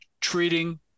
treating